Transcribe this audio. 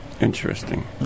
Interesting